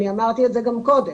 אני אמרתי את זה גם קודם.